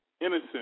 innocent